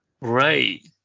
Right